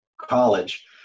college